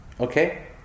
okay